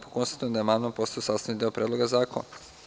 Konstatujem da je amandman postao sastavni deo Predloga zakona.